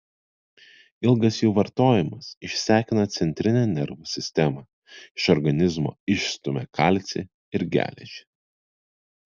ilgas jų vartojimas išsekina centrinę nervų sistemą iš organizmo išstumia kalcį ir geležį